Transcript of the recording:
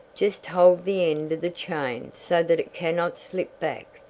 just hold the end of the chain so that it cannot slip back,